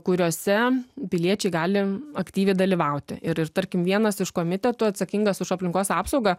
kuriuose piliečiai gali aktyviai dalyvauti ir ir tarkim vienas iš komitetų atsakingas už aplinkos apsaugą